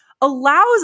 allows